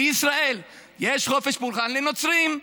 בישראל יש חופש פולחן לנוצרים,